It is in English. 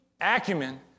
acumen